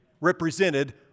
represented